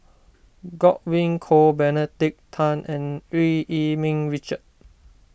Godwin Koay Benedict Tan and Eu Yee Ming Richard